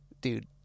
dude